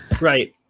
right